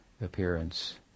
appearance